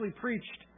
preached